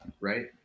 right